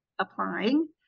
applying